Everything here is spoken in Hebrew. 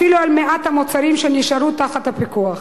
אפילו על מעט המוצרים שנשארו תחת פיקוח.